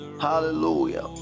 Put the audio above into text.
Hallelujah